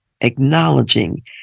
acknowledging